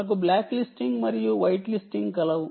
మనకు black listing మరియు white listing కలవు